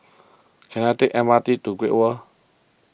can I take M R T to Great World